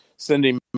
sending